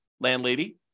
landlady